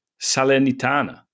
Salernitana